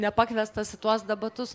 nepakviestas į tuos debatus